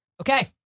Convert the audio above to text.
Okay